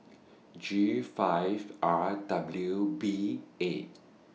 G five R W B eight